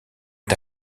est